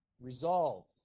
Resolved